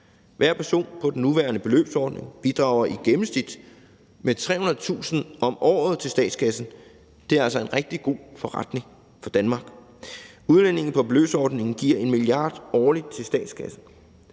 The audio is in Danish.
Hver person på den nuværende beløbsordning bidrager i gennemsnit med 300.000 kr. om året til statskassen. Det er altså en rigtig god forretning for Danmark. Udlændinge på beløbsordningen giver årligt 1 mia. kr. til statskassen.